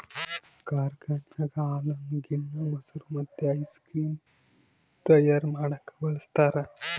ಕಾರ್ಖಾನೆಗ ಹಾಲನ್ನು ಗಿಣ್ಣ, ಮೊಸರು ಮತ್ತೆ ಐಸ್ ಕ್ರೀಮ್ ತಯಾರ ಮಾಡಕ ಬಳಸ್ತಾರ